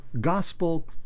gospel